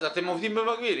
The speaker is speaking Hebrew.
אז אתם עובדים במקביל.